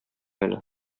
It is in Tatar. әле